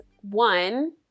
One